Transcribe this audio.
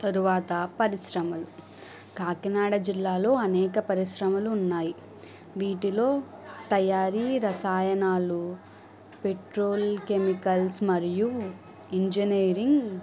తరువాత పరిశ్రమలు కాకినాడ జిల్లాలో అనేక పరిశ్రమలు ఉన్నాయి వీటిలో తయారీ రసాయనాలు పెట్రోల్ కెమికల్స్ మరియు ఇంజనీరింగ్